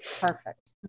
Perfect